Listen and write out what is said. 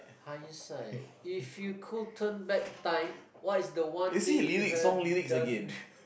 hindsight if you could turn back time what is the one thing you had done